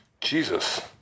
Jesus